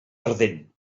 ardent